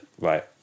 right